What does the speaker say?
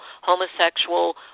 homosexual